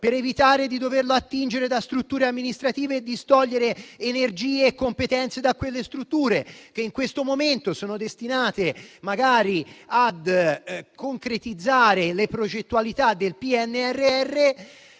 di evitare di doverlo attingere da strutture amministrative, distogliendo energie e competenze da quelle strutture che in questo momento sono destinate a concretizzare le progettualità del PNRR,